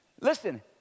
Listen